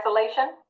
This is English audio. isolation